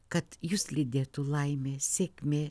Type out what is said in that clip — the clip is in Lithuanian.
kad jus lydėtų laimė sėkmė